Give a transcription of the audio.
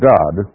God